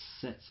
sets